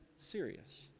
serious